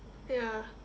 ya